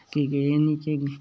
कि के एह् नेईं कि